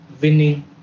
winning